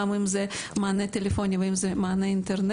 גם אם זה מענה טלפוני ואם זה מענה אינטרנטי.